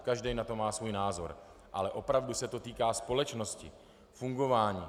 Každý na to má svůj názor, ale opravdu se to týká společnosti, fungování.